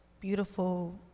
beautiful